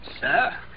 Sir